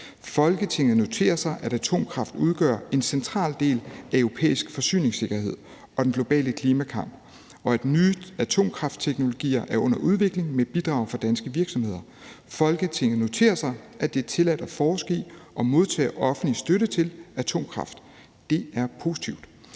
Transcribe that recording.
Folketinget noterer sig, at atomkraft udgør en central del af europæisk forsyningssikkerhed og den globale klimakamp – og at nye atomkraftteknologier er under udvikling med bidrag fra danske virksomheder. Folketinget noterer sig, at det er tilladt at forske i – og modtage offentlig støtte til – atomkraft. Det er positivt.